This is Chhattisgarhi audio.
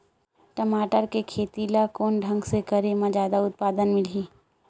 टमाटर के खेती ला कोन ढंग से करे म जादा उत्पादन मिलही?